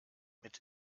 mit